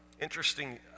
Interesting